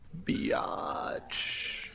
Biatch